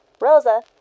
Rosa